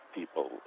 people